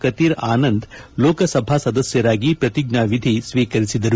ಕತೀರ ಆನಂದ್ ಲೋಕಸಭಾ ಸದಸ್ಯರಾಗಿ ಪ್ರತಿಜ್ಣಾ ವಿಧಿ ಸ್ವೀಕರಿಸಿದರು